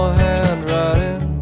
handwriting